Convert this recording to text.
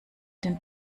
den